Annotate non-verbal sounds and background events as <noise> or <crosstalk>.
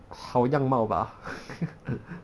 好样貌吧 <laughs>